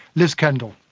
liz kendall.